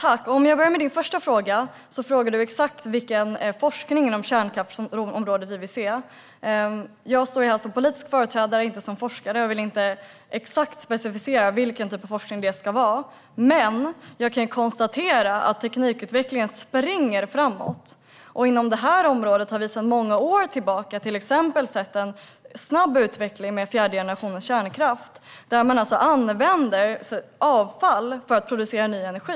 Fru talman! Lise Nordin frågar först exakt vilken forskning inom kärnkraftsområdet vi vill se. Jag står här som politisk företrädare och inte som forskare. Jag vill därför inte specificera exakt vilken typ av forskning det ska vara. Men jag konstaterar att teknikutvecklingen springer framåt. Inom det här området har vi sedan många år tillbaka till exempel sett en snabb utveckling med fjärde generationens kärnkraft. Man använder alltså avfall för att producera ny energi.